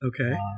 Okay